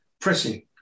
pressing